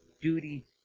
duty